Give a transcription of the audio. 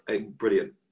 Brilliant